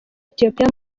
ethiopia